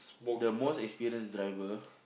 the most experienced driver